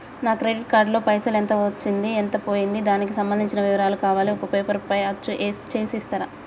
నా credit card లో పైసలు ఎంత వచ్చింది ఎంత పోయింది దానికి సంబంధించిన వివరాలు కావాలి ఒక పేపర్ పైన అచ్చు చేసి ఇస్తరా?